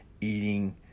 eating